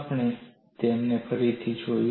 આપણે તેમને ફરીથી જોતા